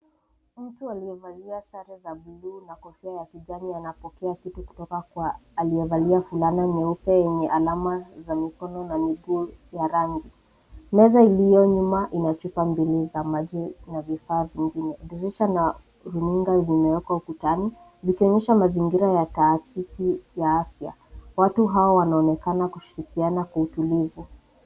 Mtu aliyevalia sare za bluu na kofia ya kijani anapokea kitu kutoka kwa aliyevalia fulana nyeupe yenye alama za mikono na miguu ya rangi. Meza iliyo nyuma, ina chupa mbili za maji safi na vifaa vingine. Dirisha na rununda imewekwa ukutani ikionyesha mazingira ya taasisi ya afya. Watu hapo wanaonekana kushirikiana kwa utulivu.